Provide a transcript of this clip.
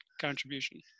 contribution